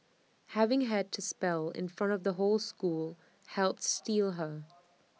having had to spell in front of the whole school helped steel her